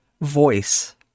voice